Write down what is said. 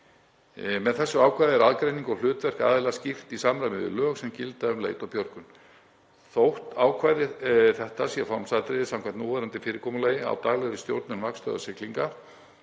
Með þessu ákvæði er aðgreining og hlutverk aðila skýrt í samræmi við lög sem gilda um leit og björgun. Þótt ákvæði þetta sé formsatriði samkvæmt núverandi fyrirkomulagi á daglegri stjórnun vaktstöðvar siglinga,